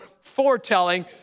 foretelling